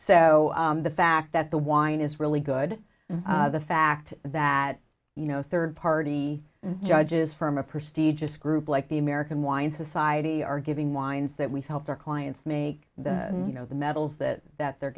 o the fact that the wine is really good the fact that you know third party judges from a prestigious group like the american wine society are giving wines that we've helped our clients make you know the metals that that they're